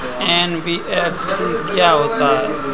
NBFC क्या होता है?